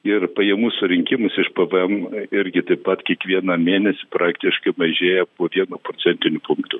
ir pajamų surinkimas iš pvm irgi taip pat kiekvieną mėnesį praktiškai mažėja po vienu procentiniu punktu